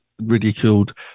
ridiculed